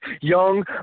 Young